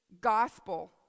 gospel